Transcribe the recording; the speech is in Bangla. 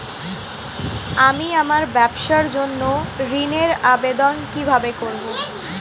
আমি আমার ব্যবসার জন্য ঋণ এর আবেদন কিভাবে করব?